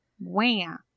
Wham